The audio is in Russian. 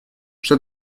что